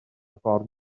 ffordd